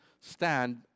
Stand